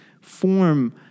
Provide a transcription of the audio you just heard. form